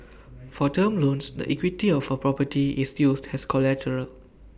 for term loans the equity of A property is used as collateral